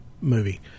movie